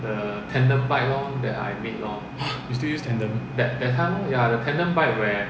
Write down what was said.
!huh! you still use tandem